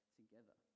together